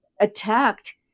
attacked